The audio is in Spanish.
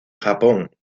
japón